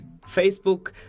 Facebook